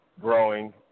growing